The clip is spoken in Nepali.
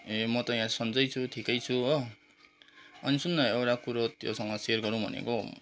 ए म त यहाँ सन्चै छु ठिकै छु हो अनि सुन न एउटा कुरो तँसँग सेयर गरूँ भनेको हौ